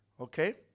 Okay